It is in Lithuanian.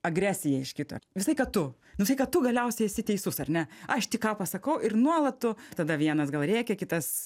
agresija iš kito visą laiką tu nu visai laiką tu galiausiai esi teisus ar ne aš tik ką pasakau ir nuolat tu tada vienas gal rėkia kitas